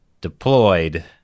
deployed